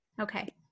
Okay